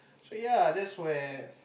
so ya that's where